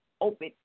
Open